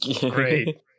great